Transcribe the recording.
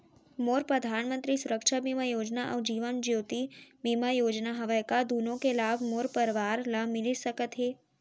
मोर परधानमंतरी सुरक्षा बीमा योजना अऊ जीवन ज्योति बीमा योजना हवे, का दूनो के लाभ मोर परवार ल मिलिस सकत हे?